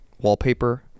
wallpaper